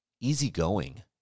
easygoing